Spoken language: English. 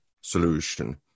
solution